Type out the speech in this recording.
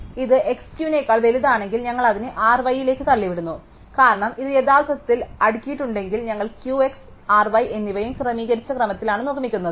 ഇത് x Q നേക്കാൾ വലുതാണെങ്കിൽ ഞങ്ങൾ അതിനെ R y യിലേക്ക് തള്ളിവിടുന്നു കാരണം ഇത് യഥാർത്ഥത്തിൽ അടുക്കിയിട്ടുണ്ടെങ്കിൽ ഞങ്ങൾ Q y R y എന്നിവയും ക്രമീകരിച്ച ക്രമത്തിലാണ് നിർമ്മിക്കുന്നത്